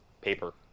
paper